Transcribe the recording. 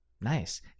Nice